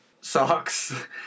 socks